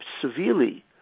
severely